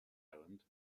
island